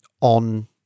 on